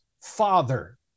Father